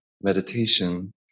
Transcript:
meditation